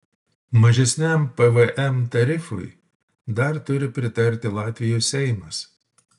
mažesniam pvm tarifui dar turi pritarti latvijos seimas